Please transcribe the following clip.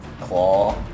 claw